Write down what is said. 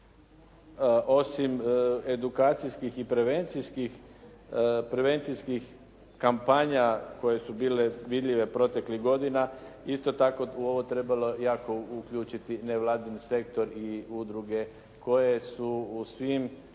osim edukacijskih i prevencijskih kampanja koje su bile vidljive proteklih godina isto tako u ovo trebalo jako uključiti nevladin sektor i udruge koje su u svim